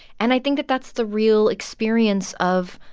and i think that that's the real experience of